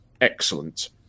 excellent